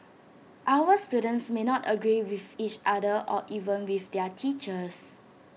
our students may not agree with each other or even with their teachers